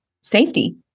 safety